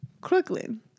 Crooklyn